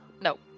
No